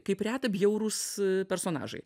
kaip reta bjaurūs personažai